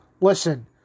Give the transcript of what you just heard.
Listen